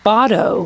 Bado